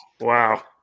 Wow